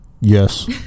Yes